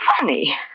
funny